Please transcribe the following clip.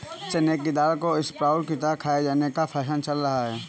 चने की दाल को स्प्रोउट की तरह खाये जाने का फैशन चल रहा है